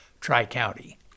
Tri-County